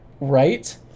Right